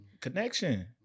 Connection